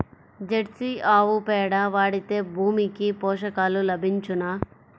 Jersey ఆవు పేడ వాడితే భూమికి పోషకాలు లభించునా?